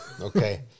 Okay